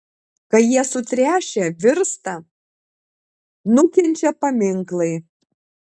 kai jie sutręšę virsta nukenčia paminklai